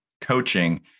coaching